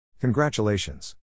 Congratulations